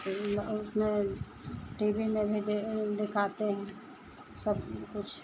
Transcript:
film और उसमें T V में भी दे दिखाते हैं सबकुछ